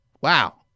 Wow